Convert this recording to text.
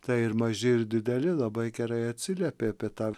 tai ir maži ir dideli labai gerai atsiliepė apie tą